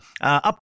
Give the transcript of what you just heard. up